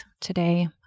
today